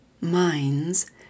minds